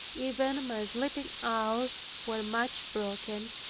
even my sleeping hours were much broken,